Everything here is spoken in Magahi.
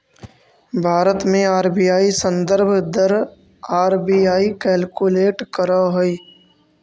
भारत में आर.बी.आई संदर्भ दर आर.बी.आई कैलकुलेट करऽ हइ